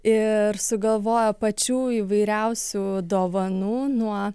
ir sugalvojo pačių įvairiausių dovanų nuo